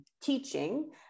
teaching